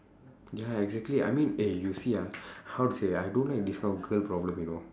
ya exactly I mean eh you see ah how to say I don't have this kind of girl problem you know